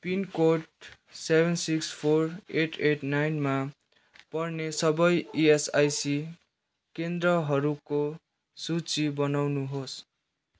pin code seven six four eight eight नाइनमा पर्ने सबै इएसआइसी केन्द्रहरूको सूची बनाउनुहोस्